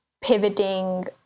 pivoting